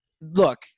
Look